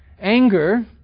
Anger